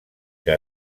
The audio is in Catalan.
que